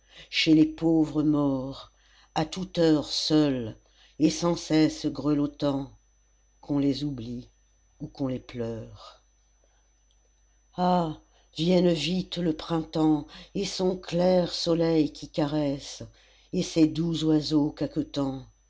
chez les pauvres morts à toute heure seuls et sans cesse grelottants qu'on les oublie ou qu'on les pleure ah vienne vite le printemps et son clair soleil qui caresse et ses doux oiseaux